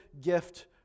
gift